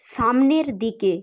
সামনের দিকে